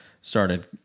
started